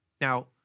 Now